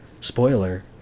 Spoiler